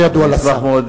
לא ידוע לשר.